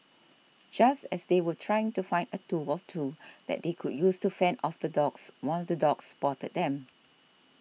just as they were trying to find a tool or two that they could use to fend off the dogs one of the dogs spotted them